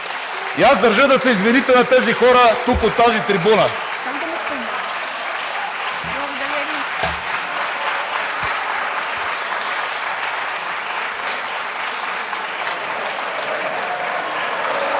аз държа да се извините на тези хора тук, от тази трибуна.